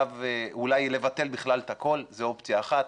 אולי לבטל בכלל את הכול, זו אופציה אחת,